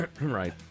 Right